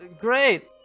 Great